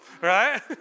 right